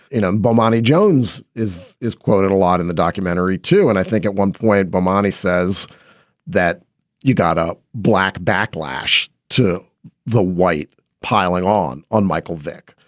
i'm bomani jones is is quoted a lot in the documentary, too. and i think at one point, bhamani says that you got up black backlash to the white piling on on michael vick.